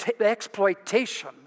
exploitation